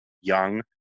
young